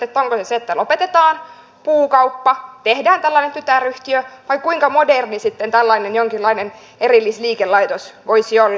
onko se se että lopetetaan puukauppa tehdään tällainen tytäryhtiö vai kuinka moderni sitten tällainen jonkinlainen erillisliikelaitos voisi olla